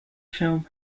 film